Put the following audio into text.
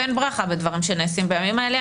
אין ברכה בדברים שנעשים בימים האלה,